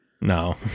No